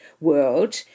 World